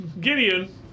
Gideon